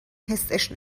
حسش